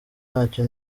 ntacyo